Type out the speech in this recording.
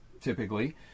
typically